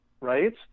right